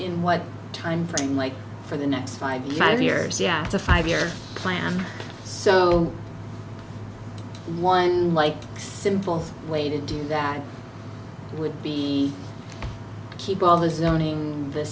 in what timeframe like for the next five years yeah it's a five year plan so one like simple way to do that would we keep all the zoning th